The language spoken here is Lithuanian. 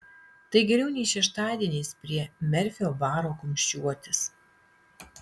tai geriau nei šeštadieniais prie merfio baro kumščiuotis